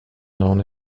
known